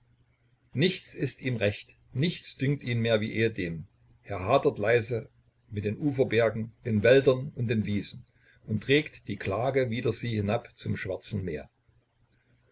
nichts ist ihm recht nichts dünkt ihn mehr wie ehedem er hadert leise mit den uferbergen den wäldern und den wiesen und trägt die klagen wider sie hinab zum schwarzen meer